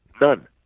None